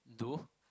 do